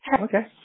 Okay